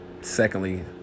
secondly